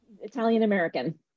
Italian-American